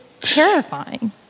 terrifying